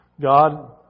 God